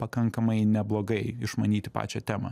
pakankamai neblogai išmanyti pačią temą